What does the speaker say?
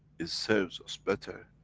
it serves us better,